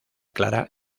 clara